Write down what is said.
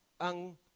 ang